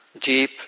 deep